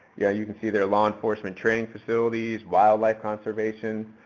yeah you can see there law enforcement training facilities, wildlife conservation.